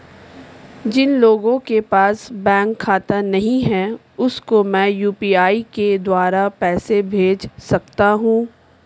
जिन लोगों के पास बैंक खाता नहीं है उसको मैं यू.पी.आई के द्वारा पैसे भेज सकता हूं?